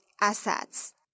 assets